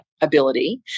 ability